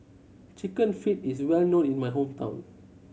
Chicken Feet is well known in my hometown